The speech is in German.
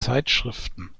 zeitschriften